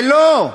זה לא,